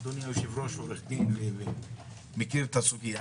אדוני היושב-ראש הוא עורך דין ומכיר את הסוגיה